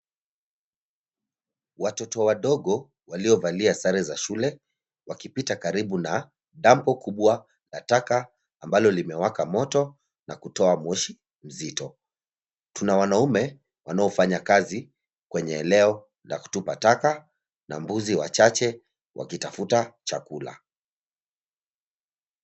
Watoto wadogo waliovalia sare za shule wakipita karibu na dampu kubwa ya taka ambalo limewaka moto na kutoa moshi mzito. Tuna wanaume wanaofanya kazi kwenye eneo la kutupa taka na mbuzi wachache wakitafuta chakula.